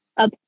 up